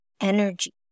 energy